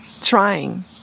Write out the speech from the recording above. Trying